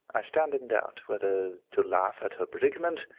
i stand in doubt whether to laugh at her predicament,